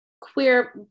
queer